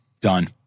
Done